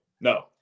no